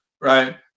right